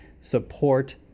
support